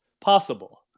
possible